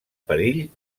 perill